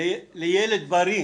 לילד בריא,